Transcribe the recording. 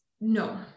no